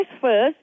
first